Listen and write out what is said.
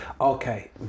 Okay